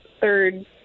third